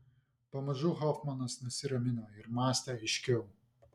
pamažu hofmanas nusiramino ir mąstė aiškiau